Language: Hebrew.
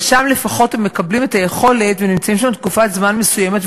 אבל שם לפחות הם מקבלים את היכולת ונמצאים שם תקופה מסוימת,